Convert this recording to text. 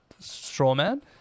Strawman